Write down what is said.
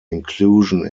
inclusion